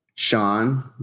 Sean